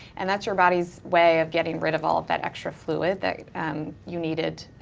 and that's your body's way of getting rid of all of that extra fluid that um you needed